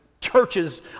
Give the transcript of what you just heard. churches